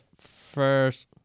first